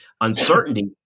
uncertainty